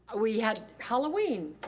ah we had halloween.